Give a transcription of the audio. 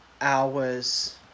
hours